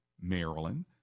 Maryland